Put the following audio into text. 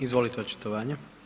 Izvolite očitovanje.